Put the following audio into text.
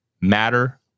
matter